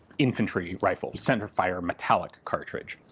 infantry rifle centerfire metallic cartridge.